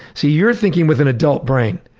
see, you're thinking with an adult brain,